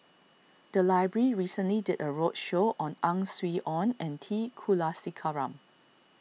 the library recently did a roadshow on Ang Swee Aun and T Kulasekaram